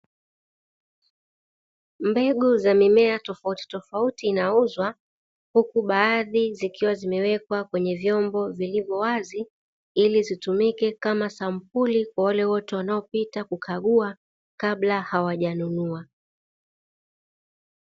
Mbegu za mimea tofautitofauti inauzwa, huku baadhi zikiwa zimewekwa kwenye vyombo vilivyowazi ili zitumike kama sampuli kwa wale wote wanaopita kukagua kabla hawajanunua.